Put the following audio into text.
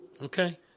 okay